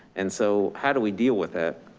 and so how do we deal with it?